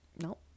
no